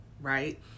right